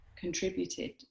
contributed